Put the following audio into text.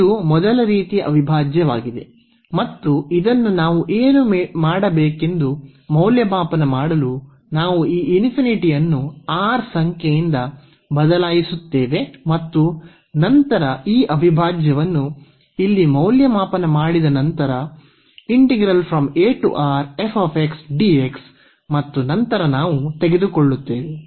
ಇದು ಮೊದಲ ರೀತಿಯ ಅವಿಭಾಜ್ಯವಾಗಿದೆ ಮತ್ತು ಇದನ್ನು ನಾವು ಏನು ಮಾಡಬೇಕೆಂದು ಮೌಲ್ಯಮಾಪನ ಮಾಡಲು ನಾವು ಈ ಅನ್ನು R ಸಂಖ್ಯೆಯಿಂದ ಬದಲಾಯಿಸುತ್ತೇವೆ ಮತ್ತು ನಂತರ ಈ ಅವಿಭಾಜ್ಯವನ್ನು ಇಲ್ಲಿ ಮೌಲ್ಯಮಾಪನ ಮಾಡಿದ ನಂತರ ಮತ್ತು ನಂತರ ನಾವು ತೆಗೆದುಕೊಳ್ಳುತ್ತೇವೆ